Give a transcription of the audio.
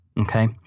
Okay